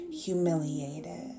humiliated